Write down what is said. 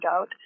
out